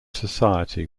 society